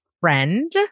friend